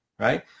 right